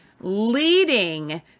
leading